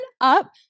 up